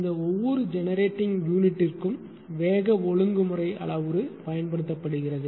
இந்த ஒவ்வொரு ஜெனரேட்டிங் யூனிட்டிற்கும் வேக ஒழுங்குமுறை அளவுரு பயன்படுத்தப்படுகிறது